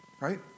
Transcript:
right